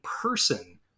person